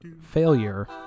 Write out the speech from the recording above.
failure